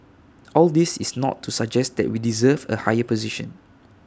all this is not to suggest that we deserve A higher position